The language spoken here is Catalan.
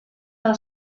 del